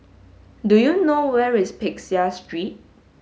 do you know where is Peck Seah Street